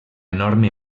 enorme